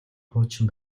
хуучин